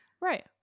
Right